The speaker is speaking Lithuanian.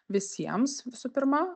visiems visų pirma